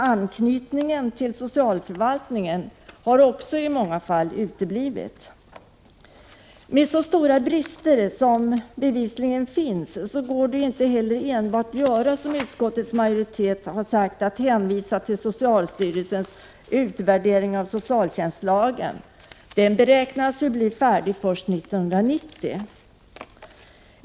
Anknytningen till socialförvaltningen har i många fall uteblivit. Med så stora brister som bevisligen finns går det inte heller att enbart göra som utskottets majoritet och hänvisa till socialstyrelsens utvärdering av socialtjänstlagen, som ju beräknas bli färdig först 1990.